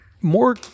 More